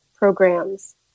programs